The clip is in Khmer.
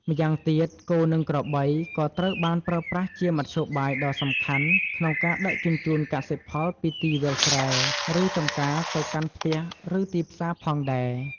ម្យ៉ាងទៀត គោ និងក្របីក៏ត្រូវបានប្រើប្រាស់ជាមធ្យោបាយដ៏សំខាន់ក្នុងការដឹកជញ្ជូនកសិផលពីទីវាលស្រែ ឬចំការទៅកាន់ផ្ទះឬទីផ្សារផងដែរ។